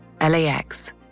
LAX